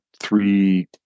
three